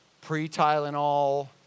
pre-Tylenol